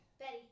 Betty